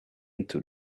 into